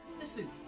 listen